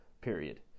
period